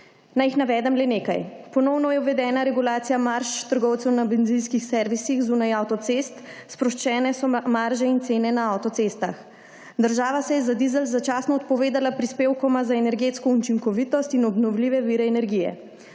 Naj jih navedem le nekaj. Ponovno je uvedena regulacija marž trgovcev na bencinskih servisih zunaj avtocest, sproščene so marže in cene na avtocestah. Država se je za dizel začasno odpovedala prispevkoma za energetsko učinkovitost in obnovljive energije.